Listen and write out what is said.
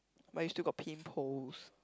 but you still got pimples